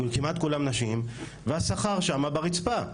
כמעט כולן נשים והשכר שם ברצפה.